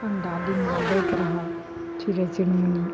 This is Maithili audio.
अण्डा दिनमा दैत रहल चिड़य चुनमुनी